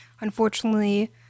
Unfortunately